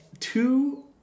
two